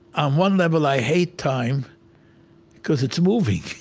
on one level, i hate time because it's moving.